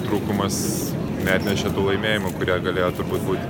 trūkumas neatnešė tų laimėjimų kurie galėjo turbūt būti